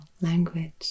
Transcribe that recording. language